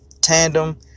tandem